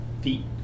feet